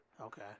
Okay